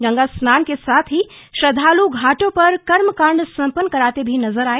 गंगा स्नान के साथ ही श्रद्वाल घाटों पर कर्मकांड संपन्न कराते भी नजर आए